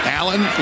Allen